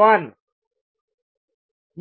1